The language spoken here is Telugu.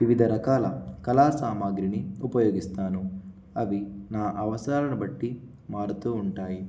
వివిధ రకాల కళా సామాగ్రిని ఉపయోగిస్తాను అవి నా అవసరాలను బట్టి మారుతూ ఉంటాయి